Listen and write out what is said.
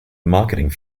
marketing